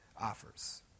offers